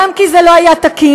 גם כי זה לא היה תקין,